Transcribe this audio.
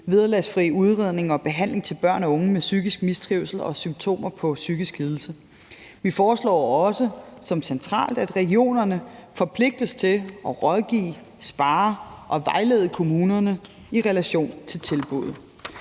vederlagsfri udredning og behandling til børn og unge med psykisk mistrivsel og symptomer på psykisk lidelse. Vi foreslår også som noget centralt, at regionerne forpligtes til at rådgive, spare og vejlede kommunerne i relation til tilbuddet.